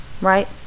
Right